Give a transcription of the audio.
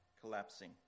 collapsing